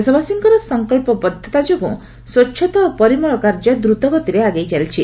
ଦେଶବାସୀଙ୍କର ସଂକଳ୍ପବଦ୍ଧତା ଯୋଗୁଁ ସ୍ପଚ୍ଛତା ଓ ପରିମଳ କାର୍ଯ୍ୟ ଦ୍ରତଗତିରେ ଆଗେଇ ଚାଲିଛି